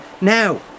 Now